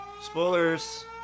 Spoilers